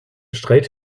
streit